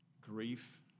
Grief